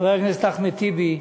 חבר הכנסת אחמד טיבי,